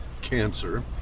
cancer